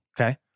Okay